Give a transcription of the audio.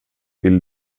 vill